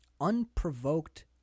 unprovoked